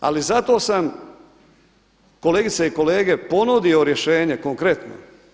Ali zato sam kolegice i kolege ponudio rješenje konkretno.